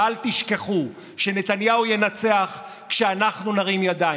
ואל תשכחו שנתניהו ינצח כשאנחנו נרים ידיים,